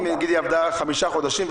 אם היא עבדה חמישה חודשים,